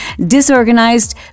disorganized